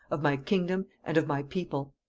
of my kingdom, and of my people.